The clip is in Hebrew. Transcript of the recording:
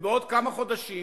ובעוד כמה חודשים,